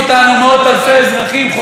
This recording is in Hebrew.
ומאות אלפי אזרחים חוששים,